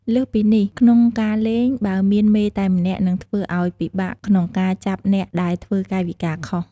លើសពីនេះ ក្នុងការលេង បើមានមេតែម្នាក់នឹងធ្វើឱ្យពិបាកក្នុងការចាប់អ្នកដែលធ្វើកាយវិការខុស។